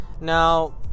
Now